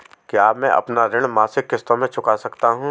क्या मैं अपना ऋण मासिक किश्तों में चुका सकता हूँ?